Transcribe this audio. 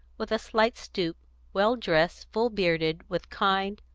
with a slight stoop well dressed full bearded with kind,